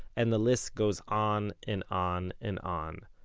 and the list goes on and on and on.